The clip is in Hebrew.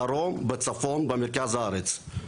בדרום, בצפון, במרכז הארץ.